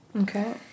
Okay